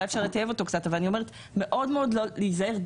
אולי אפשר לטייב אותו קצת אבל אני אומרת שצריך להיזהר.